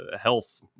health